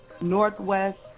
Northwest